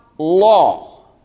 law